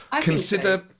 consider